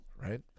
right